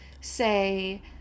say